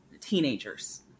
teenagers